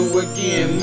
again